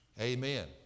amen